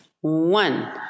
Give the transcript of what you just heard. one